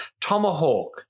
Tomahawk